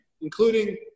including